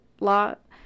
lot